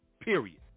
Period